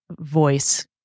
voice